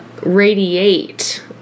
radiate